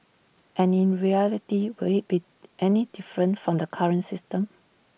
and in reality will IT be any different from the current system